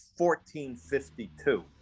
1452